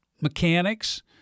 mechanics